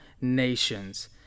nations